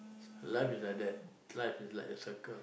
life is like that life is like a cycle